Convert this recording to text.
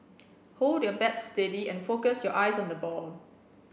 hold your bat steady and focus your eyes on the ball